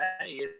Hey